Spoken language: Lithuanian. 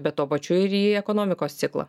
bet tuo pačiu ir į ekonomikos ciklą